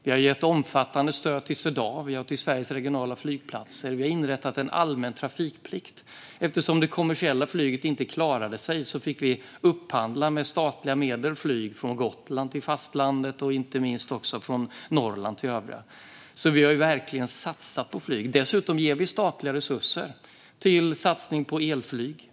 Vi har gett omfattande stöd till Swedavia och till Sveriges regionala flygplatser. Vi har inrättat en allmän trafikplikt. Eftersom det kommersiella flyget inte klarade sig fick vi med statliga medel upphandla flyg från Gotland till fastlandet och inte minst från Norrland till övriga landet. Vi har alltså verkligen satsat på flyg. Dessutom ger vi statliga resurser till satsningar på elflyg.